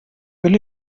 will